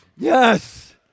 Yes